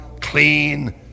clean